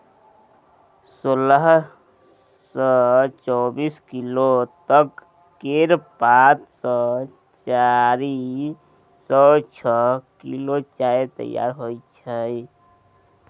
सोलह सँ चौबीस किलो तक केर पात सँ चारि सँ छअ किलो चाय तैयार होइ छै